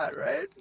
right